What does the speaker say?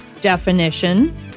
definition